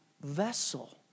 vessel